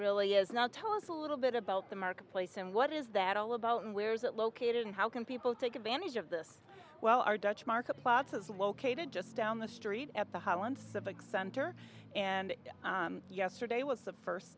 really is now tell us a little bit about the marketplace and what is that all about and where is it located and how can people take advantage of this well our dutch market plotz is located just down the street at the holland civic center and yesterday was the first